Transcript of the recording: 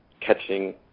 catching